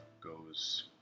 goes